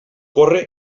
corre